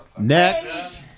Next